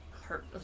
hurt